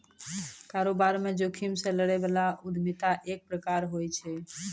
कारोबार म जोखिम से लड़ै बला उद्यमिता एक प्रकार होय छै